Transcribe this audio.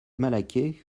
malaquais